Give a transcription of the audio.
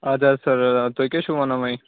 اَدٕ حظ سَر تُہۍ کیٛاہ چھُو وَنان وۄنۍ